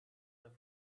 have